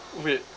wait